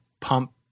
pump